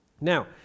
Now